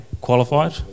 qualified